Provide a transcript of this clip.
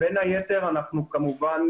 בין היתר אנחנו כמובן